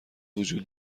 وجود